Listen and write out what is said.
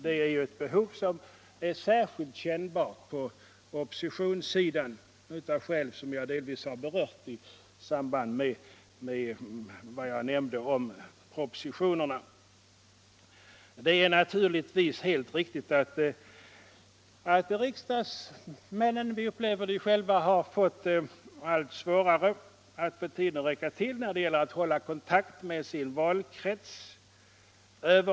Det är ett behov som är särskilt kännbart på oppositionssidan av skäl som jag delvis har berört i samband med vad jag nämnde om propositionerna. Det är naturligtvis ett helt riktigt påstående att riksdagsmannen — vi upplever det själva — har fått allt svårare att få tiden att räcka till när det gäller att hålla kontakt med valkrets och väljare.